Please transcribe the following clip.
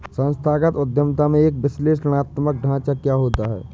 संस्थागत उद्यमिता में एक विश्लेषणात्मक ढांचा क्या होता है?